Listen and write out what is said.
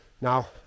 Now